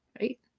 right